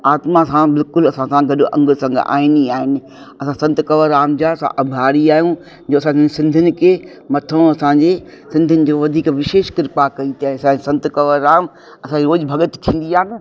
आत्मा खां बिल्कुलु असां सां गॾु अंग संग आहिनि ई आहिनि असां संत कंवर राम जा आभारी आहियूं जो असांजे सिंधियुनि जे मथां असांजे सिंधियुनि जो वधीक विशेष कृपा कई अथेई असांजे संत कंवर राम असांजी रोज़ु भॻत थींदी आहे न